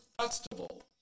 Festival